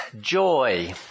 joy